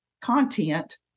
content